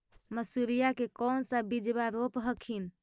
मसुरिया के कौन सा बिजबा रोप हखिन?